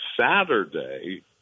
Saturday